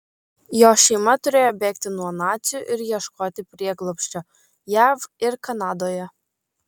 jo šeima turėjo bėgti nuo nacių ir ieškoti prieglobsčio jav ir kanadoje